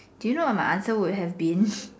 do you know what my answer would have been